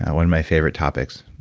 one of my favorite topics.